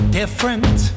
different